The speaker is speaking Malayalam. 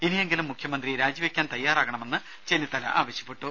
ഇനിയെങ്കിലും മുഖ്യമന്ത്രി രാജിവെക്കാൻ തയ്യാറാകണമെന്ന് ചെന്നിത്തല ആവശ്യപ്പെട്ടു